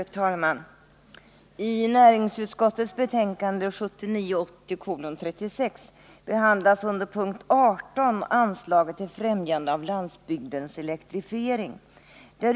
Fru talman! I näringsutskottets betänkande 1979/80:36 behandlas under punkt 18 anslaget till fträmjande av landsbygdens elektrifiering.